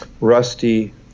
Rusty